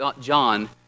John